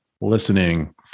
listening